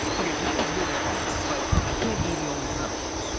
okay, so that was really fun, but i can't be the only subject.